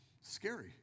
Scary